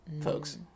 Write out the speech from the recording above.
folks